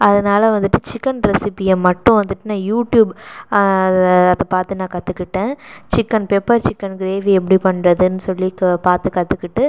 அதனாலே வந்துவிட்டு சிக்கன் ரெசிபியை மட்டும் வந்துட்டு நான் யூடியூப் அதை பார்த்து நான் கற்றுக்கிட்டேன் சிக்கன் பெப்பர் சிக்கன் கிரேவி எப்படி பண்ணுறதுன்னு சொல்லி பார்த்து கற்றுக்கிட்டு